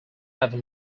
have